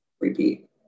repeat